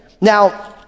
Now